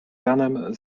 ranem